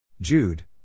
Jude